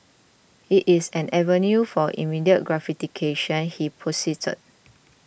it is an avenue for immediate gratification he posited